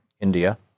India